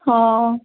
ହଁ